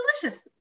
delicious